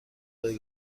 دارید